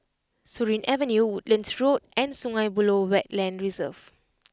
Surin Avenue Woodlands Road and Sungei Buloh Wetland Reserve